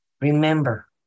remember